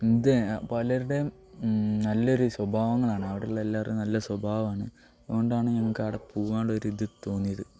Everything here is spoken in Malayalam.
ഇത് പലരുടേയും നല്ല ഒരു സ്വഭാവങ്ങളാണ് അവിടെയുള്ള എല്ലാവരുടേയും നല്ല സ്വഭാവമാണ് അതു കൊ ണ്ടാണ് ഞങ്ങൾക്ക് അവിടെ പോവാനുള്ള ഒരു ഇത് തോന്നിയത്